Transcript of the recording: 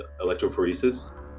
electrophoresis